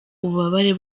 ububabare